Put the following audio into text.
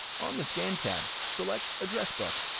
on the scan tab, select address book.